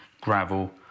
gravel